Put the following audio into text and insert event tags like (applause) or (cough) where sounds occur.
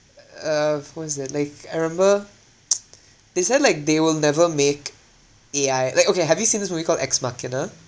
uh what's that like I remember (noise) they said like they will never make A_I like okay have you seen this movie called ex machina